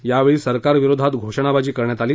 यावेळी सरकारविरोधात घोषणाबाजी करण्यात आली